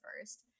first